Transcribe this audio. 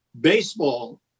baseball